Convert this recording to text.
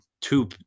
two